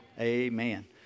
Amen